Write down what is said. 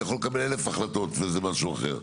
אני יכול לקבל אלף החלטות, וזה משהו אחר.